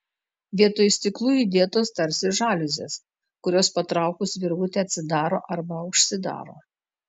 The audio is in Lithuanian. vietoj stiklų įdėtos tarsi žaliuzės kurios patraukus virvutę atsidaro arba užsidaro